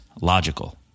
logical